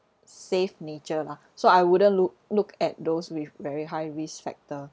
safe nature lah so I wouldn't look look at those with very high risk factor